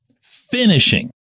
Finishing